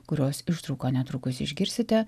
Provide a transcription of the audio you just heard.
kurios ištrauką netrukus išgirsite